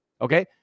okay